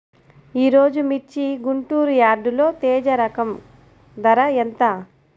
ఈరోజు మిర్చి గుంటూరు యార్డులో తేజ రకం ధర ఎంత?